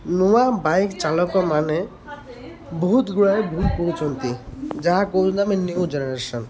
ନୂଆ ବାଇକ୍ ଚାଲକ ମାନେ ବହୁତ ଗୁଡ଼ାଏ ଭୁଲ କରୁଛନ୍ତି ଯାହା କହୁଛନ୍ତି ଆମେ ନ୍ୟୁ ଜେନେରେସନ୍